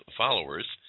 followers